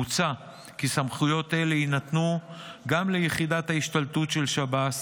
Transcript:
מוצע כי סמכויות אלה יינתנו גם ליחידת ההשתלטות של שב"ס